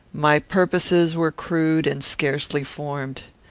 my purposes were crude and scarcely formed.